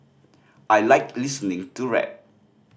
I like listening to rap